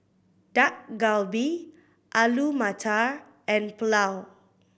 Dak Galbi Alu Matar and Pulao